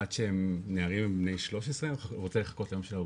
עד שנערים בני 13 הוא רוצה לחכות שיהיה